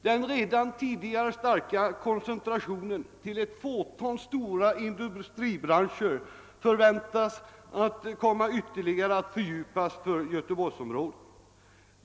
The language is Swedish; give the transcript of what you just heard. Den redan tidigare starka koncentrationen till ett fåtal stora industribranscher förväntas komma att fördjupas ytterligare för Göteborgsområdet.